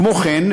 כמו כן,